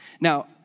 Now